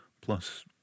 plus